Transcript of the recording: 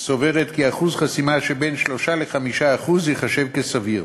סוברת כי אחוז חסימה שבין 3% ל-5% ייחשב כסביר,